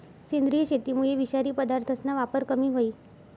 सेंद्रिय शेतीमुये विषारी पदार्थसना वापर कमी व्हयी